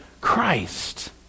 Christ